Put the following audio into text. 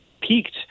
peaked